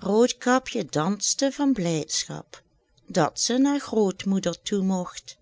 roodkapje danste van blijdschap dat ze naar grootmoeder toe mogt